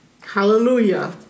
Hallelujah